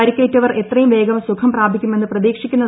പരുക്കേറ്റവർ എത്രയും വേഗം സുഖംപ്രാപിക്കുമെന്ന് ഞാൻ പ്രത്രീക്ഷിക്കുന്നു